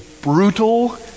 brutal